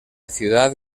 ciudad